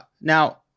now